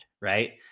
right